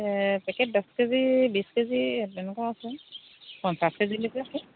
packet দহ KG বিশ KG তেনেকুৱা আছে পঞ্চাছ কেজিলৈকে আছে